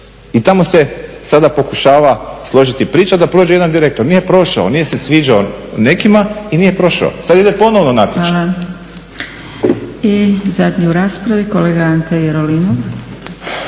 I tamo se sada pokušava složiti priča da prođe jedan direktor. Nije prošao, nije se sviđao nekima i nije prošao. Sad ide ponovno natječaj. **Zgrebec, Dragica (SDP)** Hvala. I zadnji u raspravi kolega Ante Jerolimov.